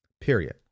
Period